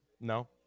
No